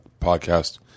podcast